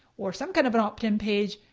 or some kind of an opt in page,